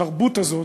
בתרבות הזאת,